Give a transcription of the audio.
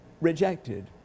rejected